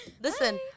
Listen